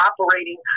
operating